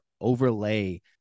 overlay